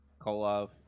kolov